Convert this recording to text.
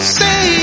say